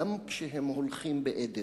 גם כשהם הולכים בעדר.